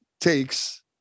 takes